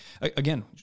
again